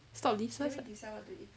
stop this first